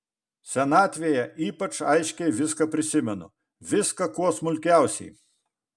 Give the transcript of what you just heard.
senatvėje ypač aiškiai viską prisimenu viską kuo smulkiausiai